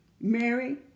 Mary